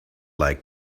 like